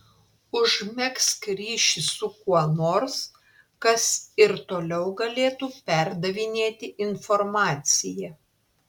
užmegzk ryšį su kuo nors kas ir toliau galėtų perdavinėti informaciją